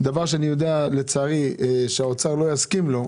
דבר שאני יודע שלצערי האוצר לא יסכים לו,